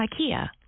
IKEA